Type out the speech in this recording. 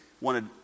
wanted